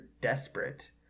desperate